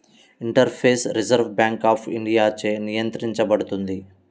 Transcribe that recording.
interface reserve bank of ఇండియాచే నియంత్రించబడుతుంది